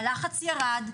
הלחץ ירד,